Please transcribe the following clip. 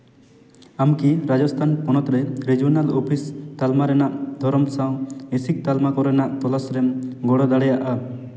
ᱟᱢᱠᱤ ᱨᱟᱡᱚᱥᱛᱷᱟᱱ ᱯᱚᱱᱚᱛ ᱨᱮ ᱨᱮᱡᱤᱭᱚᱱᱟᱞ ᱚᱯᱷᱤᱥ ᱛᱟᱞᱢᱟ ᱨᱮᱱᱟᱜ ᱫᱷᱚᱨᱚᱱ ᱥᱟᱶ ᱮᱥᱤᱠ ᱛᱟᱞᱢᱟ ᱠᱚᱨᱮᱱᱟᱜ ᱛᱚᱞᱟᱥ ᱨᱮᱢ ᱜᱚᱲ ᱫᱟᱲᱤᱭᱟᱜᱼᱟ